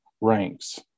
ranks